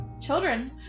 Children